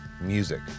Music